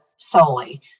Solely